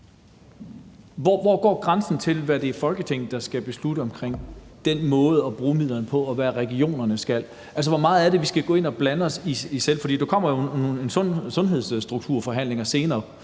Hvor går grænsen, i forhold til hvad det er Folketinget skal beslutte om den måde at bruge midlerne på, og hvad regionerne skal? Altså, hvor meget er det, vi skal gå ind og blande os? For der kommer jo nogle sundhedsstrukturforhandlinger senere,